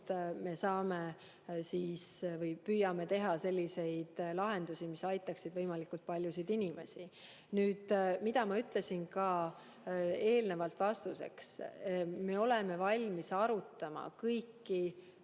valitsuses me püüame teha selliseid lahendusi, mis aitaksid võimalikult paljusid inimesi. Nüüd, nagu ma ütlesin ka eelnevalt vastuseks, me oleme valmis arutama kõiki